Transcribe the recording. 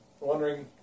wondering